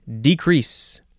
Decrease